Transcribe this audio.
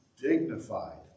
dignified